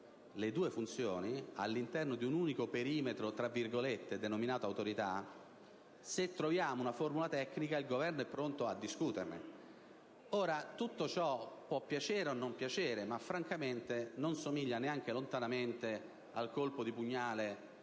le due funzioni all'interno di un unico perimetro denominato Autorità, se troviamo una formula tecnica, il Governo è pronto a discuterne. Tutto ciò può piacere o meno, ma francamente non somiglia neanche lontanamente al colpo di pugnale